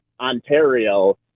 Ontario